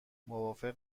موافق